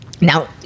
Now